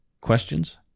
questions